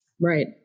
Right